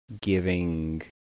giving